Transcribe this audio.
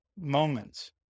moments